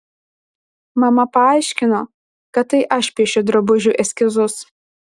mama paaiškino kad tai aš piešiu drabužių eskizus